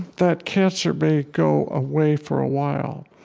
that cancer may go away for a while,